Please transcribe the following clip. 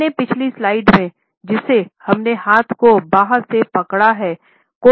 मैंने पिछली स्लाइड में जिसे हमने हाथ को बाँह से पकड़ा हैं को संदर्भित किया है